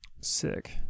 Sick